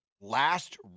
Last